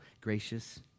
gracious